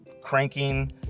cranking